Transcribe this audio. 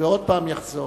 ועוד פעם יחזור.